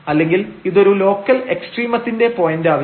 അല്ലെങ്കിൽ ഇതൊരു ലോക്കൽ എക്സ്ട്രീമത്തിന്റെ പോയന്റാവില്ല